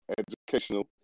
educational